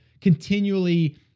continually